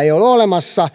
ei ole olemassa